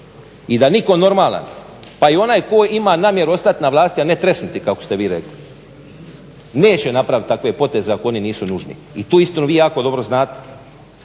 i da nitko normalan, pa i onaj tko ima namjeru ostati na vlasti, a ne tresnuti kako ste vi rekli neće napraviti takve poteze ako oni nisu nužni. I tu istinu vi jako dobro znate